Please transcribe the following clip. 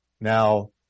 Now